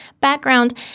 background